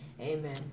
Amen